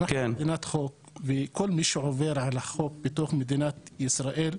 אנחנו מדינת חוק וכל מי שעובר על החוק בתוך מדינת ישראל,